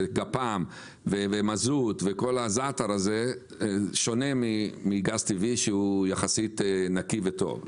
גפ"מ ומזוט שונים מגז טבעי שהוא יחסית נקי וטוב.